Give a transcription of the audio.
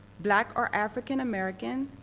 black or african american,